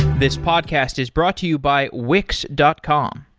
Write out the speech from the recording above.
this podcast is brought to you by wix dot com.